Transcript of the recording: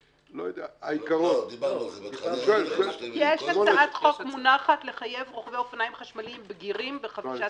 יש הצעת חוק מונחת לחייב רוכבי אופניים חשמליים בגירים בחבישת קסדה.